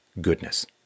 goodness